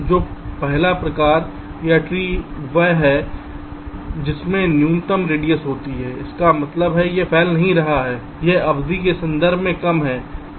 तो पहला प्रकार का ट्री वह है जिसमें न्यूनतम रेडियस होती है इसका मतलब है यह फैल नहीं रहा है यह अवधि के संदर्भ में कम है